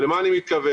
למה אני מתכוון?